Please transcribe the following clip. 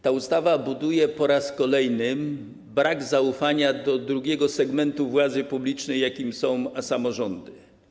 Ta ustawa buduje - po raz kolejny - brak zaufania do drugiego segmentu władzy publicznej, jakim są samorządy.